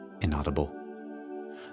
inaudible